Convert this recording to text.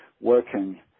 working